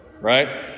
right